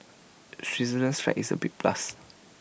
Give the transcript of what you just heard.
Switzerland's flag is A big plus